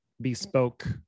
bespoke